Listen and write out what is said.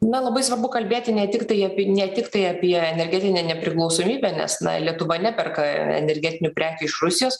na labai svarbu kalbėti ne tiktai apie ne tiktai apie energetinę nepriklausomybę nes lietuva neperka energetinių prekių iš rusijos